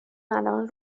الان